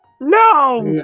No